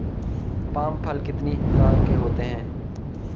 Palm फल कितनी तरह के होते हैं?